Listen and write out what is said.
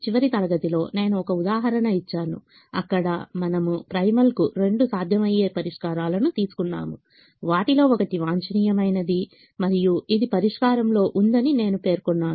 చివరి తరగతిలో నేను ఒక ఉదాహరణ ఇచ్చానుఅక్కడ మనము ప్రైమల్కు రెండు సాధ్యమయ్యే పరిష్కారాలను తీసుకున్నాము వాటిలో ఒకటి వాంఛనీయమైనది మరియు ఇది పరిష్కారం లో ఉందని నేను పేర్కొన్నాను